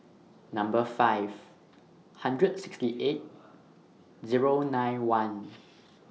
Number five Number sixty eight Zero nine one